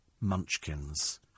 munchkins